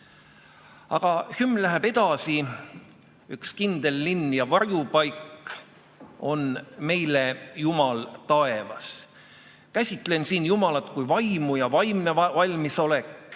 Aga hümn läheb edasi: "Üks kindel linn ja varjupaik on meie Jumal taevas." Käsitlen siin jumalat kui vaimu. Vaimne valmisolek,